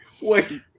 Wait